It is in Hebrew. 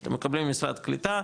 אתם מקבלים ממשרד הקליטה,